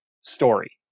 story